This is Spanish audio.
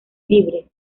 libres